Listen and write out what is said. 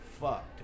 fucked